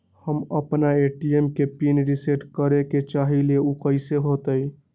हम अपना ए.टी.एम के पिन रिसेट करे के चाहईले उ कईसे होतई?